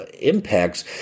impacts